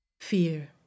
Fear